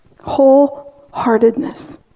Wholeheartedness